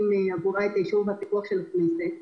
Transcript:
עבורה את האישור והפיקוח של הכנסת.